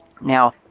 Now